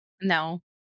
No